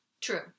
True